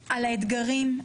האתגרים,